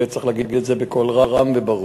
וצריך להגיד את זה בקול רם וברור.